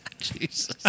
Jesus